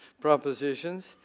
propositions